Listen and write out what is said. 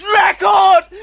record